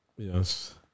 Yes